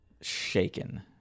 shaken